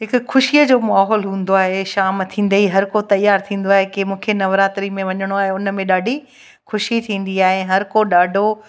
हिकु ख़ुशीअ जो माहौलु हूंदो आहे शाम थींदे हर को तयार थींदो आहे कि मूंखे नवरात्री में वञिणो आहे हुन में ॾाढी ख़ुशी थींदी आहे हर को ॾाढो